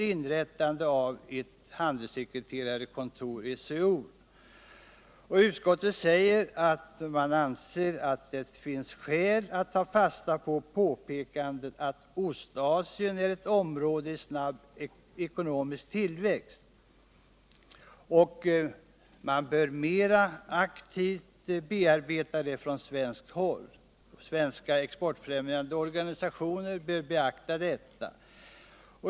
Utskottet anser att det finns skäl att ta fasta på påpekandet att Ostasien är ett område i snabb ckonomisk tillväxt och att man från svenskt håll mera aktivt bör bearbeta det. Svenska exportfrimjande organisationer bör beakta detta.